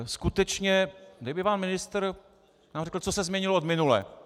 Skutečně, kdyby vám ministr řekl, co se změnilo od minule.